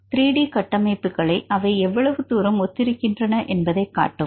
3 D கட்டமைப்புகளில் அவை எவ்வளவு தூரம் ஒத்திருக்கின்றன என்பதை காட்டும்